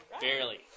Barely